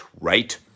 right